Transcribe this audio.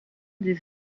des